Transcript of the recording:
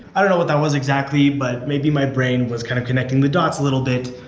i don't know what that was exactly, but maybe my brain was kind of connecting the dots a little bit.